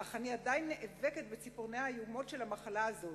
אך אני עדיין נאבקת בציפורניה האיומות של המחלה הזאת.